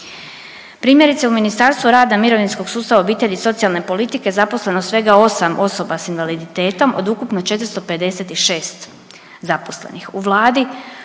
Primjerice u Ministarstvu rada, mirovinskog sustava, obitelji i socijalne politike zaposleno je svega 8 osoba s invaliditetom od ukupno 456 zaposlenih, u Vladi